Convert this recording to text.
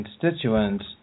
constituents